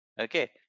Okay